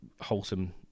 wholesome